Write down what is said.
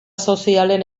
sozialen